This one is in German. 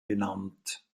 benannt